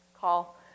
call